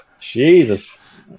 Jesus